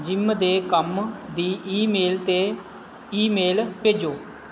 gym ਦੇ ਕੰਮ ਦੀ ਈਮੇਲ 'ਤੇ ਈਮੇਲ ਭੇਜੋ